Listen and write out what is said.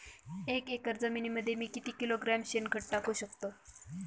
एक एकर जमिनीमध्ये मी किती किलोग्रॅम शेणखत टाकू शकतो?